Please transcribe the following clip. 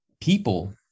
people